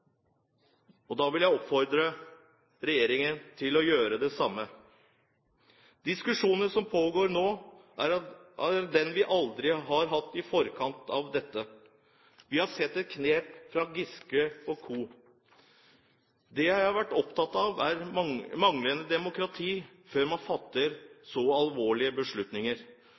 og jeg vil oppfordre regjeringen til å gjøre det samme. Diskusjonen som pågår nå, er den vi aldri har hatt i forkant av dette. Vi har sett et knep fra Giske & co. Det jeg har vært opptatt av, er manglende demokrati før man fatter så alvorlige beslutninger.